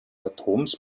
atoms